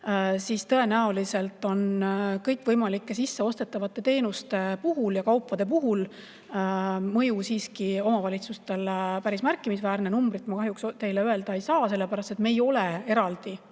siis tõenäoliselt on kõikvõimalike sisseostetavate teenuste ja kaupade puhul mõju omavalitsustele siiski päris märkimisväärne. Numbrit ma kahjuks teile öelda ei saa, sest me ei ole eraldi